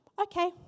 Okay